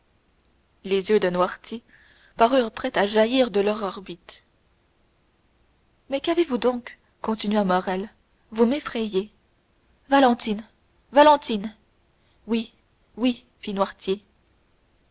les yeux de noirtier parurent prêts à jaillir de leurs orbites mais qu'avez-vous donc continua morrel vous m'effrayez valentine valentine oui oui fit